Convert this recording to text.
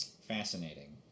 Fascinating